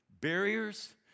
Barriers